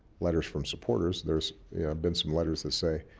letters from supporters. there's been some letters that say,